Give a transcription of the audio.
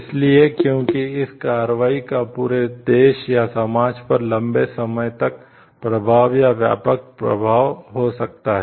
इसलिए क्योंकि इस कार्रवाई का पूरे देश या समाज पर लंबे समय तक प्रभाव या व्यापक प्रभाव हो सकता है